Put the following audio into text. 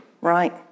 right